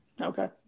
Okay